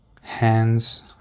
hands